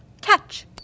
Catch